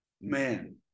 Man